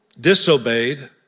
disobeyed